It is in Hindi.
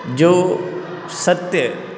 जो सत्य